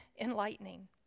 enlightening